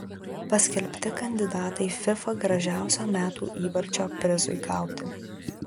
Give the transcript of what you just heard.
paskelbti kandidatai fifa gražiausio metų įvarčio prizui gauti